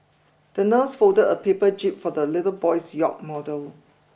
the nurse folded a paper jib for the little boy's yacht model